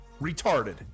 retarded